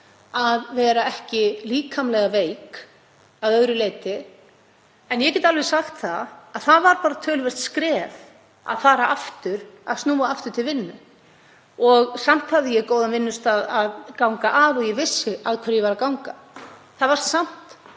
að vera ekki líkamlega veik að öðru leyti. En ég get alveg sagt að það var bara töluvert skref að snúa aftur til vinnu og samt hafði ég góðan vinnustað að ganga að og ég vissi að hverju ég var að ganga. Það var samt: